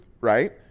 right